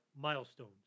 Milestones